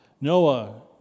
Noah